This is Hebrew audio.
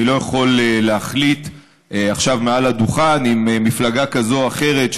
לא יכול להחליט עכשיו מעל הדוכן אם מפלגה כזאת או אחרת,